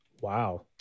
Wow